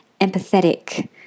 empathetic